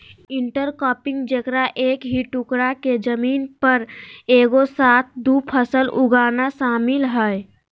intercropping जेकरा एक ही टुकडा के जमीन पर एगो साथ दु फसल उगाना शामिल हइ